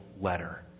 letter